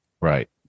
Right